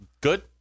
Good